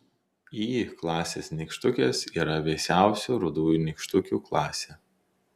y klasės nykštukės yra vėsiausių rudųjų nykštukių klasė